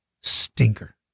stinker